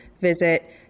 visit